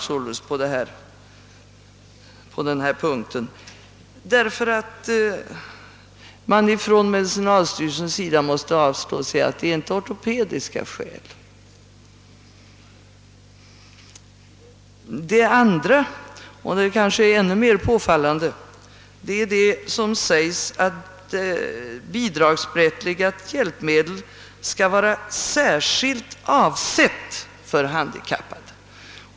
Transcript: Medicinalstyrelsen måste avstå från att bevilja sådana bidrag med motiveringen att det inte är ortopediska skäl som motiverar behovet. För det andra — och det är kanske ännu mer påfallande — sägs det i bestämmelserna att bidragsberättigade hjälpmedel skall vara särskilt avsedda för handikappade.